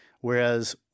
Whereas